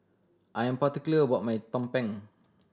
I'm particular what my tumpeng